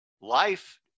life